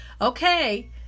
okay